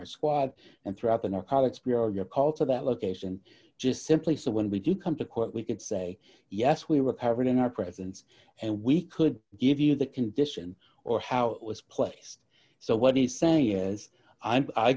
our squad and throughout the narcotics bureau your call to that location just simply so when we do come to court we can say yes we repair it in our presence and we could give you the condition or how it was placed so what he's saying as i